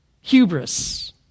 hubris